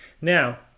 Now